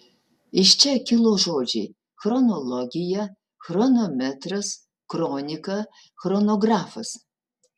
iš čia kilo žodžiai chronologija chronometras kronika chronografas